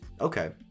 okay